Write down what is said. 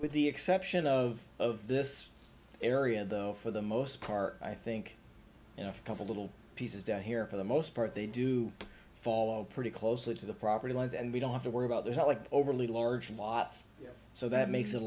with the exception of of this area though for the most part i think you know a couple little pieces down here for the most part they do fall pretty closely to the property lines and we don't have to worry about those helic overly large lots so that makes it a